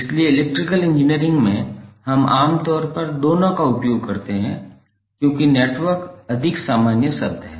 इसलिए electrical engineering में हम आम तौर पर दोनों का उपयोग करते थे क्योंकि नेटवर्क अधिक सामान्य शब्द है